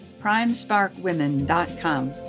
primesparkwomen.com